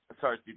Sorry